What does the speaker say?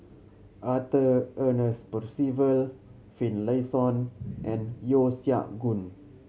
Arthur Ernest Percival Finlayson and Yeo Siak Goon